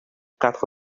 quatre